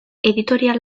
editorial